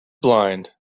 blind